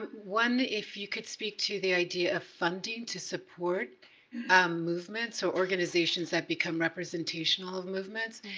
one, if you could speak to the idea of funding to support movements or organizations that become representational of movements.